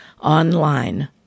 online